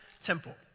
Temple